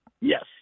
yes